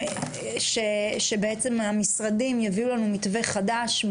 שבעצם המשרדים יביאו לנו מתווה חדש,